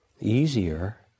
easier